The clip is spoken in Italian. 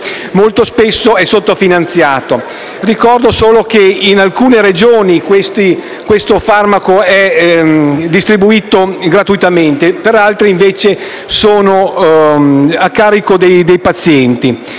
dicendo che in alcune Regioni questi farmaci sono distribuiti gratuitamente, in altre invece sono a carico dei pazienti.